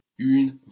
Une